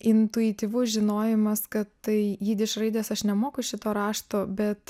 intuityvus žinojimas kad tai jidiš raidės aš nemoku šito rašto bet